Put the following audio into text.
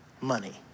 money